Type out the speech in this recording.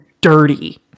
dirty